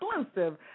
exclusive